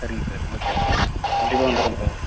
சரிங்க sir okay sir கண்டிப்பாக வந்துடுறேன் சார்